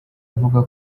avuga